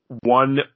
one